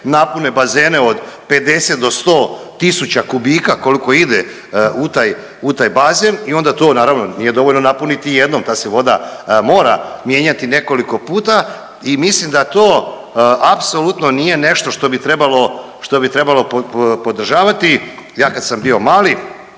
napune bazene od 50 do 10000 kubika koliko ide u taj bazen i onda to naravno nije dovoljno napuniti jednom. Ta se voda mora mijenjati nekoliko puta i mislim da to apsolutno nije nešto što bi trebalo podržavati. Ja kad sam bio mali